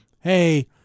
hey